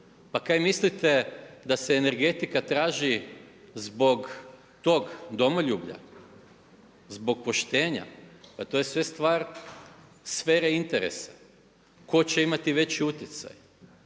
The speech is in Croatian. Pa kaj mislite da se energetika traži zbog tog domoljublja, zbog poštenja? Pa to je sve stvar sfere interesa tko će imati veći utjecaj.